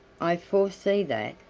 i foresee that.